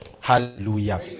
Hallelujah